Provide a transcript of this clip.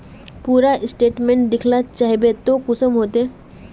पूरा स्टेटमेंट देखला चाहबे तो कुंसम होते?